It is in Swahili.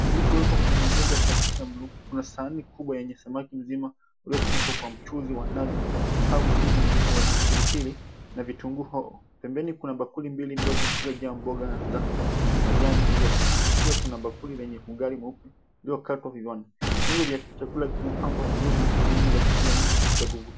...kilichowekwa kwenye meza ya plastiki ya blue . Kuna sahani kubwa yenye samaki mzima uliopikwa kwa mchuzi wa nazi au mchuzi mzito wenye pilipili na vitunguu. Pembeni kuna bakuli mbili ndogo zilizojawa mboga za majani zilizopikwa. Pia kuna bakuli lenye ugali mweupe uliokatwa vipande. Vile vya chakula kimepangwa vizuri na rangi za chakula ni za kuvutia.